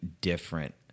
different